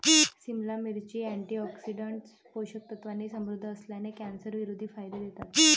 सिमला मिरची, अँटीऑक्सिडंट्स, पोषक तत्वांनी समृद्ध असल्याने, कॅन्सरविरोधी फायदे देतात